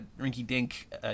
rinky-dink